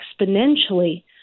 exponentially